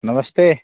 नमस्ते